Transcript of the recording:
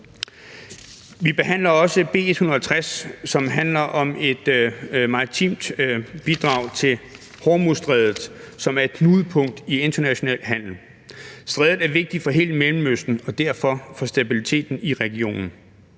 Vi behandler også B 160, som handler om et maritimt bidrag til Hormuzstrædet, som er et knudepunkt i international handel. Strædet er vigtigt for hele Mellemøsten og derfor for stabiliteten i regionen.